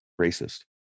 racist